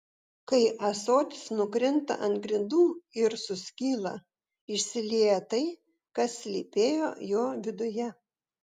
kai ąsotis nukrinta ant grindų ir suskyla išsilieja tai kas slypėjo jo viduje